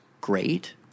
great